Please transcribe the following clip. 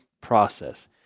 process